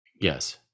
yes